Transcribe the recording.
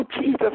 Jesus